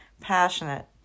passionate